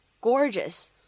gorgeous